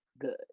good